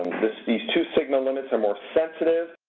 these two signal limits are more sensitive,